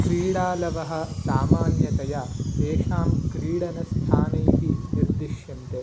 क्रीडालवः सामान्यतया तेषां क्रीडनस्थानैः निर्दिश्यन्ते